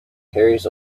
carries